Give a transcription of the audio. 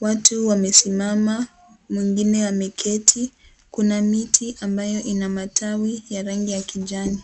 Watu wamesimama mwingine ameketi. Kuna miti ambayo ina matawi ya rangi ya kijani.